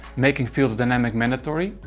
making fields dynamic mandatory,